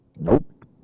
Nope